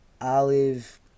olive